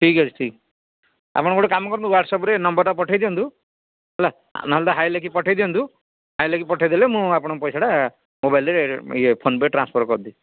ଠିକ୍ ଅଛି ଠିକ ଆପଣ ଗୋଟେ କାମ କରନ୍ତୁ ହୱାଟସଅପ୍ରେ ଏ ନମ୍ବରଟାରେ ପଠେଇ ଦିଅନ୍ତୁ ହେଲା ନହେଲେ ହାଏ ଲେଖିକି ପଠେଇ ଦିଅନ୍ତୁ ହାଏ ଲେଖିକି ପଠେଇଦେଲେ ମୁଁ ଆପଣଙ୍କ ପଇସାଟା ମୋବାଇଲ୍ରେ ଏଇ ଫୋନ୍ ପେ ଟ୍ରାନ୍ସଫର୍ କରିଦି